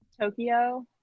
tokyo